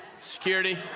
Security